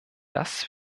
das